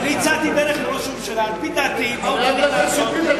אני הצעתי דרך לראש הממשלה על-פי דעתי מה הוא צריך לעשות.